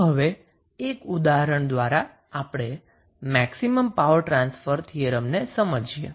તો હવે એક ઉદાહરણ દ્વારા આપણે મેક્સિમ પાવરટ્રાન્સફર થીયરમ સમજીએ